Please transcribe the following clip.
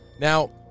Now